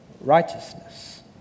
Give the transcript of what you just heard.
righteousness